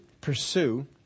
pursue